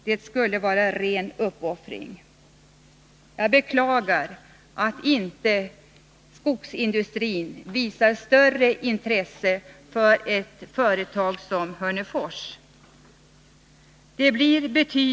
Det skulle vara ren uppoffring.” Jag beklagar att skogsindustrin inte visar större intresse för ett företag som Hörnefors.